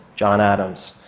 john adams,